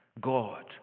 God